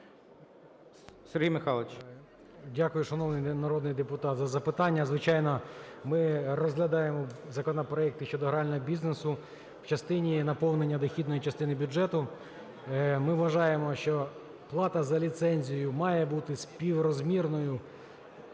Дякую, шановний народний депутат, за запитання. Звичайно, ми розглядаємо законопроекти щодо грального бізнесу в частині наповнення дохідної частини бюджету. Ми вважаємо, що плата за ліцензію має бути співрозмірною